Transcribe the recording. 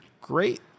great